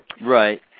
Right